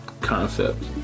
concept